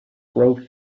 grove